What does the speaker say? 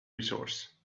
resource